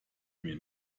mir